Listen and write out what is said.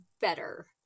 better